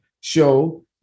show